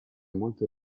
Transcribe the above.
molto